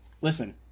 listen